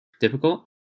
difficult